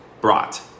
brought